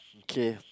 okay